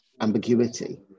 ambiguity